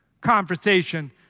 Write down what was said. conversation